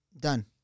Done